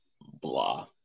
blah